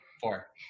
four